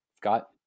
got